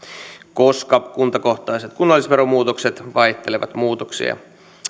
koska kuntakohtaiset kunnallisveromuutokset vaihtelevat muutoksia